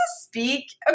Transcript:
speak